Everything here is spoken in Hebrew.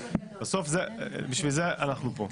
בסוף בשביל זה אנחנו פה.